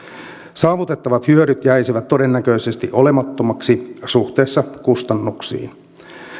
saavutettavat hyödyt jäisivät todennäköisesti olemattomiksi suhteessa kustannuksiin